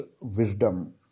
wisdom